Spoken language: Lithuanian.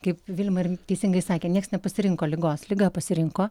kaip vilma ir teisingai sakė nieks nepasirinko ligos liga pasirinko